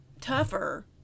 tougher